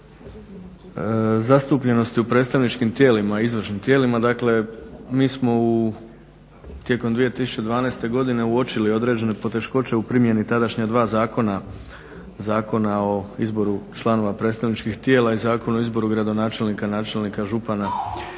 zastupljenosti u predstavničkim tijelima izvršnim tijelima, dakle mi smo tijekom 2012.godine uočili određene poteškoće u primjeni tadašnja dva zakona, Zakona o izboru članova predstavničkih tijela i Zakona o izboru gradonačelnika, načelnika i župana